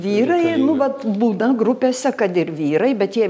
vyrai nu vat būna grupėse kad ir vyrai bet jie